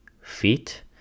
feet